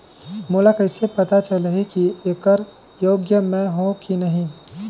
मोला कइसे पता चलही की येकर योग्य मैं हों की नहीं?